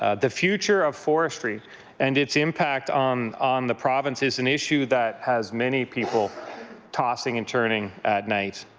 ah the future of forestry and its impact on on the province is an issue that has many people tossing and turning at night.